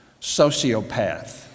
Sociopath